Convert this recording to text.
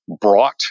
brought